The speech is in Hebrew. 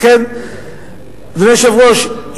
אדוני היושב-ראש,